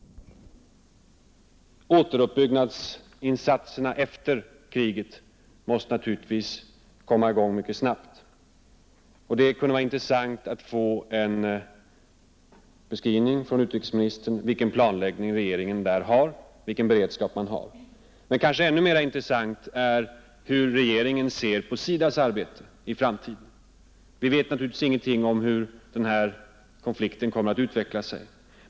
Återuppbyggnadsinsatserna efter kriget måste naturligtvis komma i gång mycket snabbt. Det kunde vara intressant att få veta av utrikesministern vilken planläggning och beredskap regeringen har. Men kanske ännu mer intressant att få veta är hur regeringen ser på SIDA:s arbete i framtiden. Vi vet naturligtvis ingenting om hur denna konflikt kommer att utveckla sig.